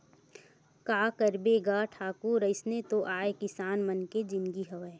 का करबे गा ठाकुर अइसने तो आय किसान मन के जिनगी हवय